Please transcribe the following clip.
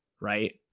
right